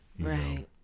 Right